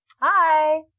Hi